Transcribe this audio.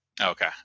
Okay